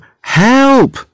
help